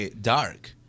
dark